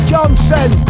Johnson